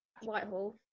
whitehall